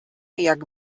jak